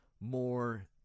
more